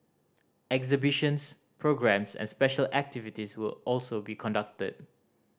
exhibitions programmes and special activities will also be conducted